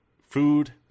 food